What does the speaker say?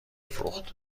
فروخت